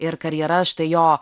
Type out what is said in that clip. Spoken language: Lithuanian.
ir karjera štai jo